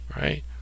right